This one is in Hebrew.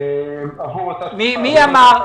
יש בעיה.